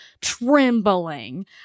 trembling